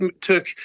took